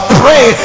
pray